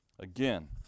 Again